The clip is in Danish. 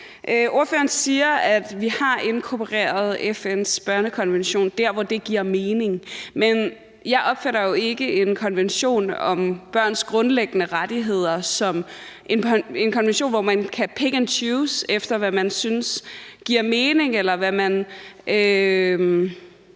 Ordføreren siger, at vi har inkorporeret FN's børnekonvention der, hvor det giver mening. Men jeg opfatter jo ikke en konvention om børns grundlæggende rettigheder som en konvention, hvor man kan pick and choose efter, hvad man synes giver mening i forhold til